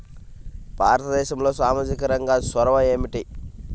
భారతదేశంలో సామాజిక రంగ చొరవ ఏమిటి?